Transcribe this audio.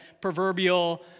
proverbial